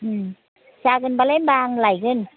जागोन होनबालाय आं लायगोन